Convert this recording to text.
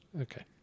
Okay